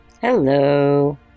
Hello